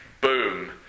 boom